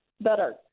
better